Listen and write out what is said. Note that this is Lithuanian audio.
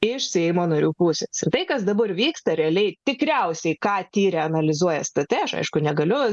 iš seimo narių pusės ir tai kas dabar vyksta realiai tikriausiai ką tiria analizuoja stt aiškuaš negaliu